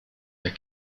der